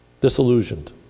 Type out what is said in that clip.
disillusioned